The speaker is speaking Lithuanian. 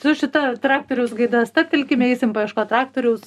su šita traktoriaus gaida stabtelkime eisim paieškot traktoriaus